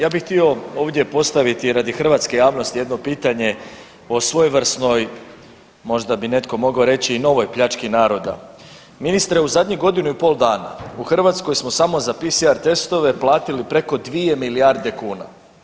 Ja bih htio ovdje postaviti radi hrvatske javnosti jedno pitanje o svojevrsnoj možda bi netko mogao reći i novoj pljački naroda, ministre u zadnjih godinu i pol dana u Hrvatskoj samo za PCR testove platili preko 2 milijarde kuna.